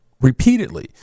Repeatedly